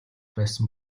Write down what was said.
байсан